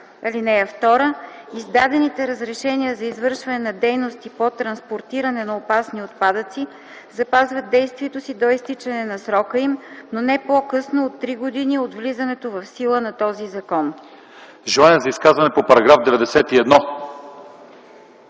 (2) Издадените разрешения за извършване на дейности по транспортиране на опасни отпадъци запазват действието си до изтичането на срока им, но не по-късно от три години от влизането в сила на този закон.” ПРЕДСЕДАТЕЛ ЛЪЧЕЗАР